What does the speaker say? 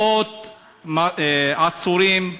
מאות עצורים.